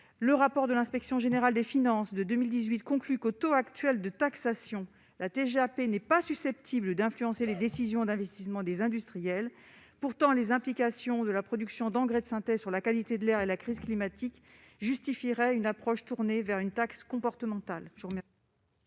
Un rapport de l'inspection générale des finances de 2018 conclut qu'au taux actuel de taxation la TGAP n'est pas susceptible d'influencer les décisions d'investissement des industriels. Pourtant, les implications de la production d'engrais de synthèse sur la qualité de l'air et la crise climatique justifieraient une approche tournée vers une taxe comportementale.